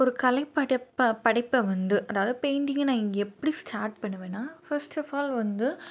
ஒரு கலை படப்ப படைப்பை வந்து அதாவது பெயிண்டிங்கை நான் இங்கே எப்படி ஸ்டார்ட் பண்ணுவேன்னா ஃபர்ஸ்ட் ஆஃப் ஆல் வந்து